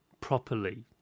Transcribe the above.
properly